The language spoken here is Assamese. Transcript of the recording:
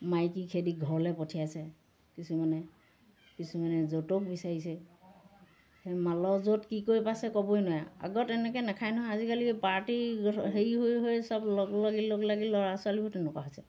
মাইকী খেদি ঘৰলৈ পঠিয়াইছে কিছুমানে কিছুমানে যৌতুক বিচাৰিছে সেই মালৰ জোৰত কি কৰি পাইছে ক'বই নোৱাৰে আগত এনেকৈ নাখায় নহয় আজিকালি পাৰ্টিৰ হেৰি হৈ হৈ সব লগলাগি লগলাগি ল'ৰা ছোৱালীবোৰ তেনেকুৱা হৈছে